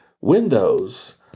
Windows